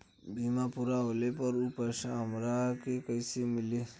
बीमा पूरा होले पर उ पैसा हमरा के कईसे मिली?